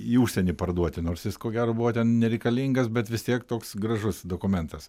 į užsienį parduoti nors jis ko gero buvo ten nereikalingas bet vis tiek toks gražus dokumentas